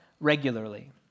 regularly